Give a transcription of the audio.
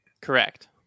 Correct